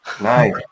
Nice